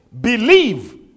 believe